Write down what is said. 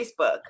Facebook